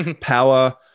power